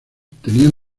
tenían